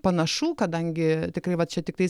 panašu kadangi tikrai va čia tiktais